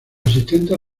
asistentes